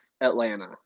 Atlanta